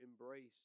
embraced